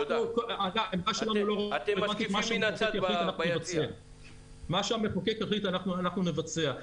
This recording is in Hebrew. מה שהמחוקק יחליט אנחנו נבצע.